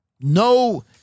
No